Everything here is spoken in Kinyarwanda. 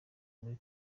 muri